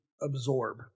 absorb